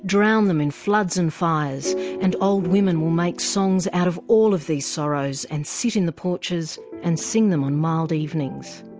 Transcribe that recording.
them in floods and fires and old women will make songs out of all of these sorrows and sit in the porches and sing them on mild evenings.